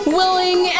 willing